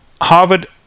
Harvard